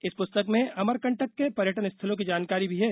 इस पुस्तक में अमरकंटक के पर्यटन स्थलों की जानकारी भी है